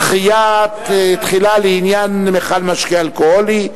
דחיית תחילה לעניין מכל משקה אלכוהולי),